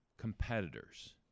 Competitors